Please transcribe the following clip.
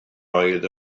oedd